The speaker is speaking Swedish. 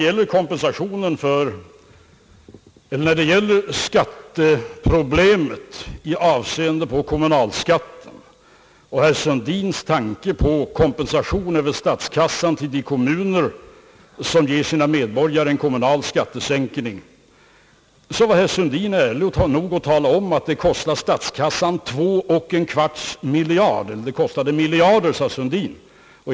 När det gäller skatteproblemen i avseende på kommunalskatten och herr Sundins tanke på kompensation över statskassan till de kommuner som ger sina medborgare en kommunalskattesänkning var herr Sundin ärlig nog att tala om att det skulle kosta statskassan miljarder kronor.